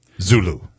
Zulu